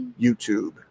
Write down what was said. YouTube